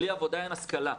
בלי עבודה אין השכלה.